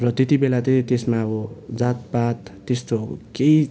र त्यतिबेला चाहिँ त्यसमा अब जातपात त्यस्तो केही